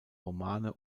romane